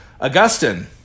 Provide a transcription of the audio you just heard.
Augustine